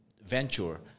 venture